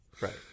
Right